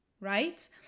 right